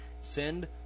Send